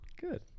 Good